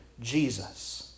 Jesus